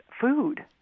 food